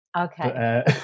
Okay